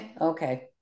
Okay